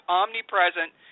omnipresent